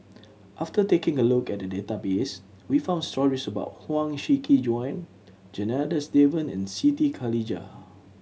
after taking a look at the database we found stories about Huang Shiqi Joan Janadas Devan and Siti Khalijah